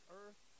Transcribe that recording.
earth